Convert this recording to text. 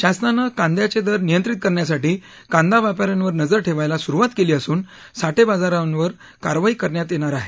शासनानं कांद्याचे दर नियंत्रित करण्यासाठी कांदा व्यापाऱ्यांवर नजर ठेवायला सुरूवात केली असून साठेबाजारांवर कारवाई करण्यात येणार आहे